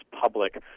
public